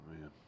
man